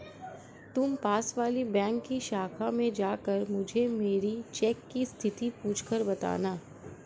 तुम पास वाली बैंक की शाखा में जाकर मुझे मेरी चेक की स्थिति पूछकर बताना